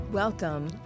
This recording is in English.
Welcome